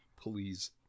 please